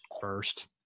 First